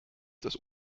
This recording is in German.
des